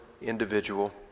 individual